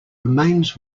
remains